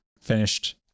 finished